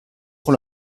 pour